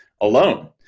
alone